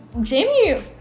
Jamie